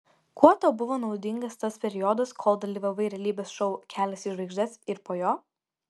kuo tau buvo naudingas tas periodas kol dalyvavai realybės šou kelias į žvaigždes ir po jo